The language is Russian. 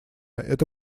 это